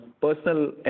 personal